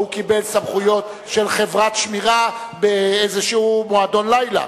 או הוא קיבל סמכויות של חברת שמירה באיזשהו מועדון לילה.